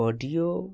audio